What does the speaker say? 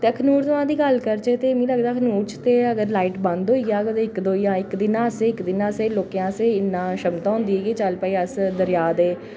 ते अखनूरा दी गल्ल करचै ते मिगी लगदा अखनूरा च अगर लाईट बंद होई जाह्ग इक दौ दिन आस्तै लोकें लोकें आस्तै इन्नी शरधा होंदी कि चलो अस दरेआ आसै